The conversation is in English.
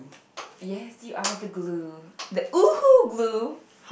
yes you are the glue the Uhu glue